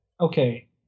okay